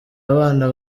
abana